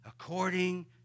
according